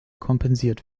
kompensiert